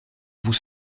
vous